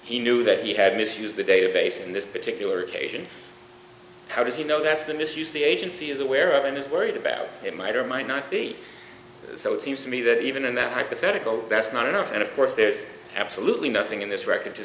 he knew that he had misused the database in this particular occasion how does he know that's the misuse the agency is aware of and is worried about it might or might not be so it seems to me that even in that hypothetical that's not enough and of course there's absolutely nothing in this record to